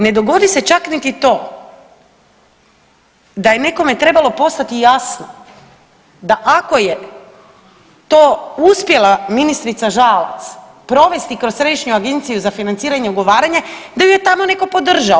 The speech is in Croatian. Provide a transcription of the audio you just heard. Ne dogodi se čak niti to da je nekome trebalo postati jasno da ako je to uspjela ministrica Žalac provesti kroz Središnju agenciju za financiranje i ugovaranje da ju je tamo netko podržao.